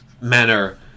manner